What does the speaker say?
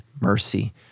mercy